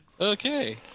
Okay